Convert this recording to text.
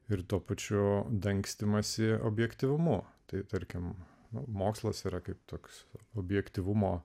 ir tuo pačiu dangstymąsi objektyvumo tai tarkim mokslas yra kaip toks objektyvumo